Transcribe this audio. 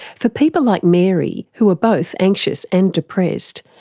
for people like mary who are both anxious and depressed,